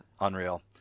unreal